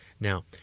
Now